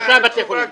שלושה בתי חולים.